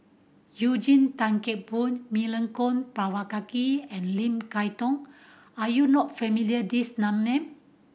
Eugene Tan Kheng Boon Milenko Prvacki and Lim Kay Tong are you not familiar these name